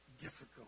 difficult